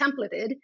templated